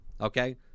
Okay